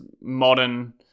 modern